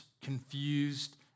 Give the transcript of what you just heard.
confused